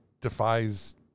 defies